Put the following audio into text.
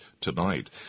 tonight